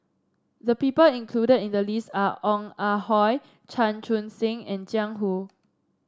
the people included in the list are Ong Ah Hoi Chan Chun Sing and Jiang Hu